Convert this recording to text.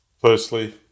Firstly